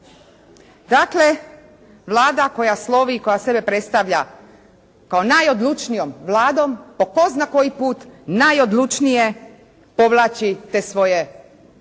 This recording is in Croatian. Dakle Vlada koja slovi, koja sebe predstavlja kao najodlučnijom Vladom po tko zna koji put najodlučnije povlači te svoje